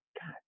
god